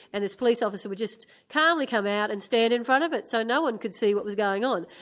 and this police officer would just calmly come out and stand in front of it, so no-one could see what was going on.